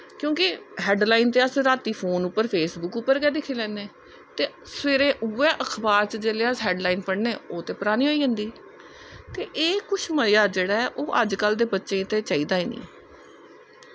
क्योंकि हैडलाईन अस फोन उप्पर फेसबुके पर गै दिक्खी लैन्नें ते सवेरे अस उऐ जिसले अखबार च हैडलाईन पढ़ने ओह् ते परानीं होई जंदी ते एह् कुछ मज़ा अज्ज कलदे बच्चें गी ते चाही दा गै नी